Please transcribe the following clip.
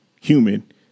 human